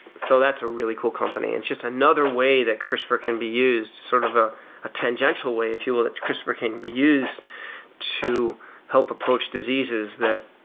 so that's a really cool company. it's just another way that crispr can be used to sort of a a tangential way, if you will, that crispr can be used to help approach diseases that